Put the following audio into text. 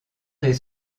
des